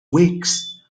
whigs